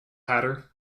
hatter